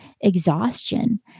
exhaustion